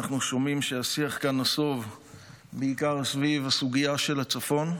אנחנו שומעים שהשיח כאן נסב בעיקר סביב הסוגיה של הצפון.